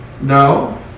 No